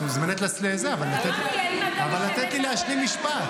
את מוזמנת, אבל לתת לי להשלים משפט.